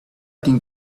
think